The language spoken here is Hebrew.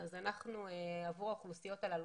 עבור האוכלוסיות הללו,